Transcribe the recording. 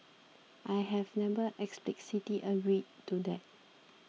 I have never explicitly agreed to that